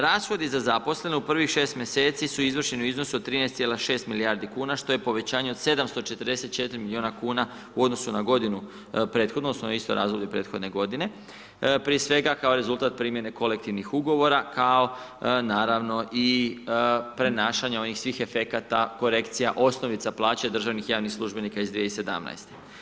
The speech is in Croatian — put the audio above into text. Rashodi za zaposlene u prvih 6 mjeseci su izvršeni u iznosu od 13,6 milijardi kuna što je povećanje od 744 milijuna kuna u odnosu na godinu prethodnu, odnosno na isto razdoblje prethodne godine prije svega kao rezultat primjene kolektivnih ugovora kao naravno i prenašanja onih svih efekata, korekcija, osnovica plaće državnih i javnih službenika iz 2017.